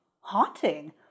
haunting